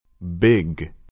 Big